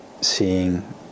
seeing